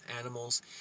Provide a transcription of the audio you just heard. animals